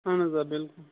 اہَن حظ آ بِلکُل